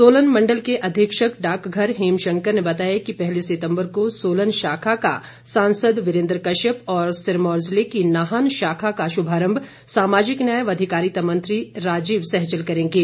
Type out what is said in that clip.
सोलन मण्डल के अधीक्षक डाकघर हेमशंकर ने बताया कि पहली सितम्बर को सोलन शाखा का सांसद वीरेन्द्र कश्यप और सिरमौर जिले की नाहन शाखा का शुभारम्भ सामाजिक न्याय व अधिकारिता मंत्री राजीव सहजल करेंगे